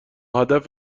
هدف